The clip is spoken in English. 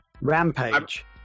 rampage